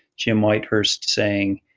jim whitehurst saying,